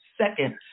second